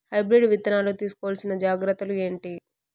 Hybrid విత్తనాలు తీసుకోవాల్సిన జాగ్రత్తలు ఏంటి?